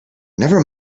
never